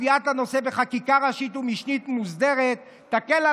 קביעת הנושא בחקיקה ראשית ומשנית מסודרת תקל על